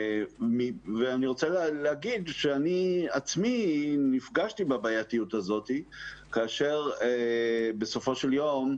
אני רוצה להגיד שאני עצמי נפגשתי בבעייתיות הזאת כאשר בסופו של יום,